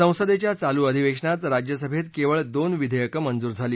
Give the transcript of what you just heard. संसदेच्या चालू अधिवेशनात राज्यसभेत केवळ दोन विधेयकं मंजूर झाली